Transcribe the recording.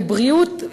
לבריאות,